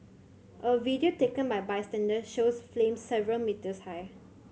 a video taken by a bystander shows flames several metres high